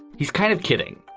he's kind of kidding.